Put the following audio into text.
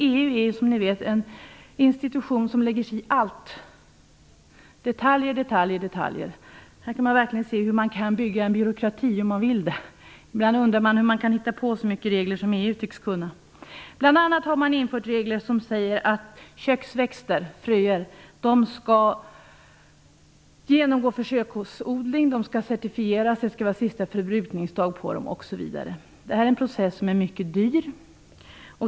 EU är ju som ni vet en institution som lägger sig i allt. Det handlar om detaljer och åter detaljer. Här kan man verkligen se hur man kan bygga upp en byråkrati om man vill det. Ibland undrar man hur man kan hitta på så mycket regler som EU tycks kunna. Man har bl.a. infört regler som säger att köksväxtfröer skall genomgå försöksodling, att de skall certifieras, att det skall vara sista förbrukningsdag på dem osv. Detta är en process som är mycket dyr.